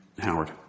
Howard